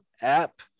app